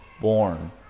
born